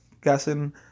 Guessing